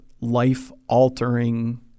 life-altering